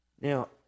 Now